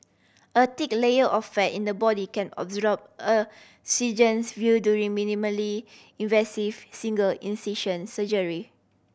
a thick layer of fat in the body can a surgeon's view during minimally invasive single incision surgery